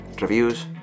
reviews